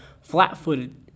flat-footed